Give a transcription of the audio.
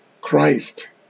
Christ